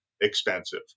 expensive